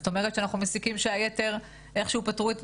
זאת אומרת שאנחנו מסיקים שהיתר איכשהו פתרו,